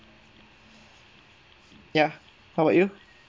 ya how about you